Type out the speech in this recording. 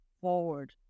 forward